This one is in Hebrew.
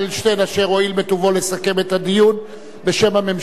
אשר הואיל בטובו לסכם את הדיון בשם הממשלה.